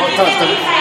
הצעת החוק הראשונה,